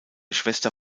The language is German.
schwester